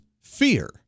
fear